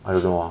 sh~